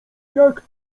jak